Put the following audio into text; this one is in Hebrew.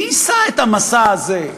מי יישא את המשא הזה?